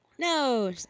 No